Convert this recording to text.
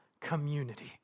community